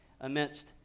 amidst